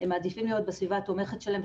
הם מעדיפים להיות בסביבה התומכת שלהם.